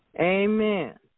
Amen